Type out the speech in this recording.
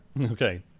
Okay